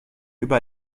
über